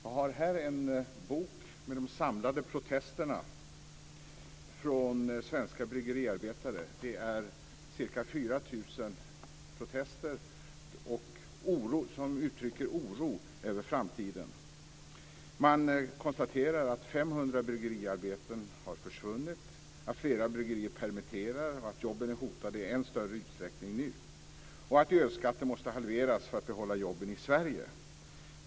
Jag har här en bok med de samlade protesterna från svenska bryggeriarbetare. Det är ca 4 000 protester som uttrycker oro för framtiden. Man konstaterar att 500 bryggeriarbeten har försvunnit, att flera bryggerier permitterar, att jobben är hotade i än större utsträckning nu och att ölskatten måste halveras för att behålla jobben i Sverige.